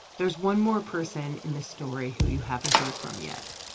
there's one more person in this story who you haven't heard from yet,